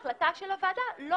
משל